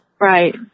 Right